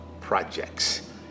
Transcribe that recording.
projects